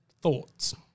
Thoughts